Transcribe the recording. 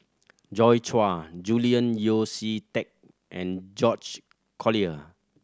Joi Chua Julian Yeo See Teck and George Collyer